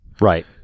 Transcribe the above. right